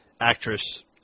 actress